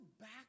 back